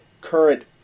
current